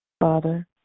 Father